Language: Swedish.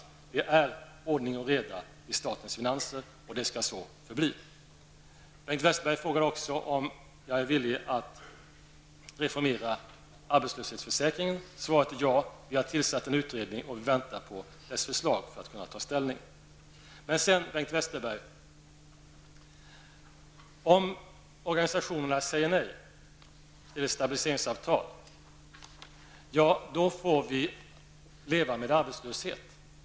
Det är ordning och reda i statens finanser, och det skall så förbli. Bengt Westerberg frågade om jag är villig att reformera arbetslöshetsförsäkringen. Svaret är ja. Vi har tillsatt en utredning, och vi väntar nu på dess förslag för att kunna ta ställning. Men så säger Bengt Westerberg att om organisationerna säger nej till ett stabiliseringsavtal, då får vi leva med arbetslöshet.